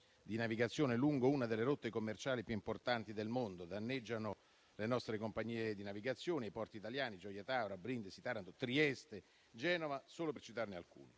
di navigazione lungo una delle rotte commerciali più importanti del mondo. Danneggiano le nostre compagnie di navigazione e i porti italiani di Gioia Tauro, Brindisi, Taranto, Trieste. Genova, solo per citarne alcuni.